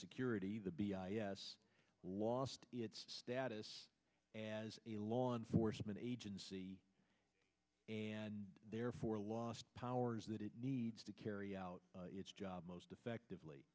security the b i s lost its status as a law enforcement agency and therefore lost powers that it needs to carry out its job most effectively